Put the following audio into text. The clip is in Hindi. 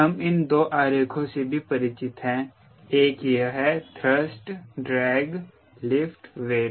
हम इन दो आरेखों से भी परिचित हैं एक यह है थ्रस्ट ड्रैग लिफ्ट वेट